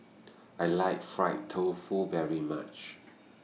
I like Fried Tofu very much